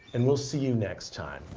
and we'll see you next time.